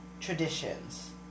traditions